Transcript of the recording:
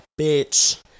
bitch